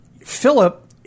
Philip